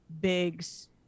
Biggs